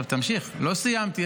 תמשיך, לא סיימתי.